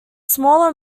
smaller